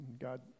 God